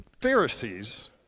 Pharisees